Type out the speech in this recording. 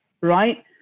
right